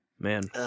Man